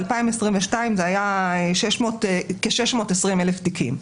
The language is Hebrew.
ב-2022 זה היה כ-620,000 תיקים.